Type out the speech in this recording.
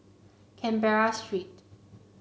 Canberra Street